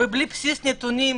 ובלי כל בסיס נתונים